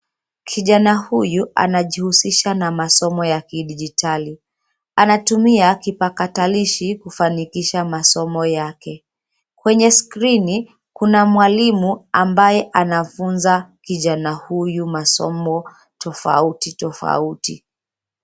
Kijana huyu anjihusisha na masomo ya kidijitali. Anatumia kipakatalishi kufanikisha masomo yake. Kwenye skrini kuna mwalimu ambaye anafunza kijana huyu masomo tofauti tofauti.